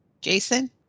Jason